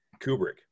Kubrick